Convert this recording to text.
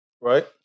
Right